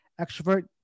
extrovert